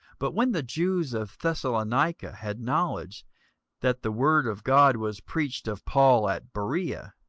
but when the jews of thessalonica had knowledge that the word of god was preached of paul at berea,